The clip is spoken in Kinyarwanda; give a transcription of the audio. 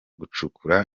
gucukura